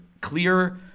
clear